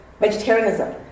vegetarianism